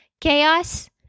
chaos